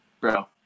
bro